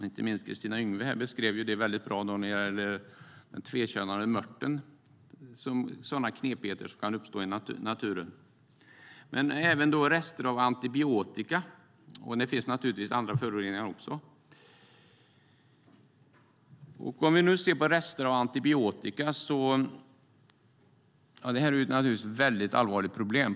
Inte minst Kristina Yngwe beskrev det väldigt väl när det gäller den tvekönade mörten. Det är sådana knepigheter som kan uppstå i naturen. Men det är även rester av antibiotika, och det finns naturligtvis andra föroreningar. Rester av antibiotika är ett mycket allvarligt problem.